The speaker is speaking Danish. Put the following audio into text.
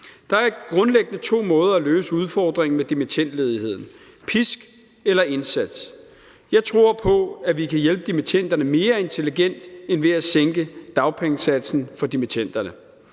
Der er grundlæggende to måder at løse udfordringen med dimittendledigheden: pisk eller indsats. Jeg tror på, at vi kan hjælpe dimittenderne mere intelligent end ved at sænke dagpengesatsen for dimittenderne.